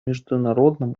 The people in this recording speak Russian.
международном